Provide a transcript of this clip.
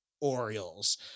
Orioles